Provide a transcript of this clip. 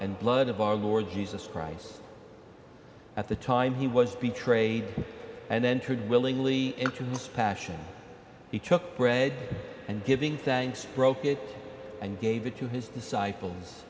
and blood of our lord jesus christ at the time he was betrayed and entered willingly into his passion he took bread and giving thanks broke it and gave it to his disciples